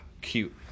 cute